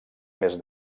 més